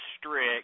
strict